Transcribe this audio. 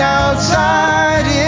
outside